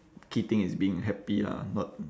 key thing is being happy lah not